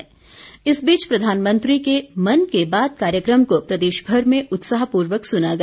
प्रतिक्रिया इस बीच प्रधानमंत्री के मन की बात कार्यक्रम को प्रदेशभर में उत्साहपूर्वक सुना गया